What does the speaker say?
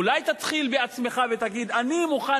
אולי תתחיל בעצמך ותגיד: אני מוכן